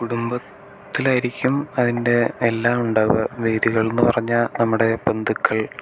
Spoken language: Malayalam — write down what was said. കുടുംബത്തിലായിരിക്കും അവൻ്റെ എല്ലാം ഉണ്ടാവുക വേരുകൾ എന്ന് പറഞ്ഞാൽ നമ്മുടെ ബന്ധുക്കൾ